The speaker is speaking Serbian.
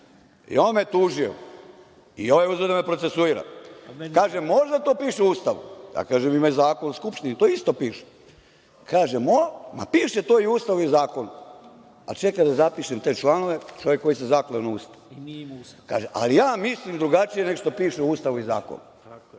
i on me tužio, i ovaj uzeo da me procesuira. Kaže, možda to piše u Ustavu. Kažem mu – ima zakon u Skupštini, to isto piše. Kaže, piše to i Ustavu i zakonu, ali čekaj da zapišem te članove, čovek koji se zakleo na Ustav. Kaže, ali mislim drugačije nego što piše u Ustavu i zakonu.